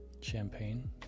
Champagne